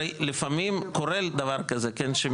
הרי לפעמים קורה דבר כזה כן שמצטרפים להסתייגות.